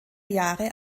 jahre